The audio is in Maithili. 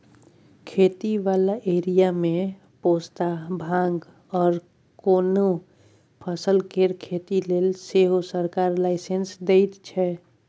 खेती बला एरिया मे पोस्ता, भांग आर कोनो फसल केर खेती लेले सेहो सरकार लाइसेंस दइ छै